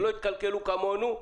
שלא יתקלקלו כמונו,